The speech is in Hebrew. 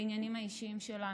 לעניינים האישיים שלנו.